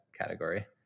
category